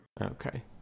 okay